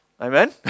Amen